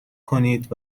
کنید